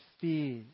fear